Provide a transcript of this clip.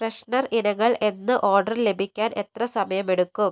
freshener ഇനങ്ങൾ എന്ന order ലഭിക്കാൻ എത്ര സമയമെടുക്കും